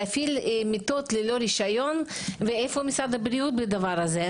להפעיל מיטות ללא רישיון ואיפה משרד הבריאות בדבר הזה?